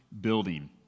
building